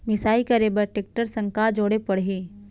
मिसाई करे बर टेकटर संग का जोड़े पड़ही?